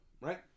right